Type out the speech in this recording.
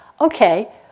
okay